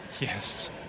yes